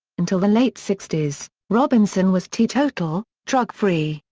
until the late sixties, robinson was teetotal, drug-free,